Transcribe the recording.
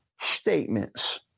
statements